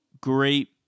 great